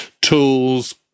tools